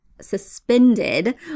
suspended